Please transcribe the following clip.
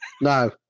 No